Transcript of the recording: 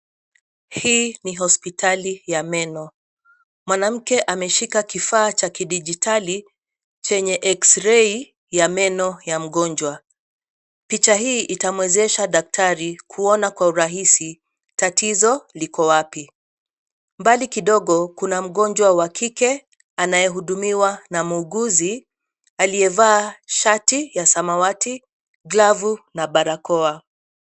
Hii ni hospitali ya meno. Mwanamke ameshika kifaa cha kidijitali, chenye X-ray , ya meno ya mgonjwa. Picha hii itamwezesha daktari, kuona kwa urahisi, tatizo liko wapi. Mbali kidogo, kuna mgonjwa wa kike, anayehudumiwa na muuguzi, aliyevaa shati ya samawati, glavu, na barakoa.